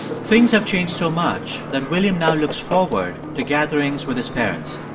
things have changed so much that william now looks forward to gatherings with his parents.